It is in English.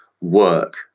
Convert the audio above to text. work